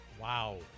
Wow